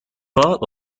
part